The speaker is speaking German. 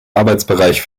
arbeitsbereich